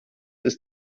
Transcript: ist